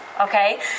okay